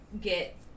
get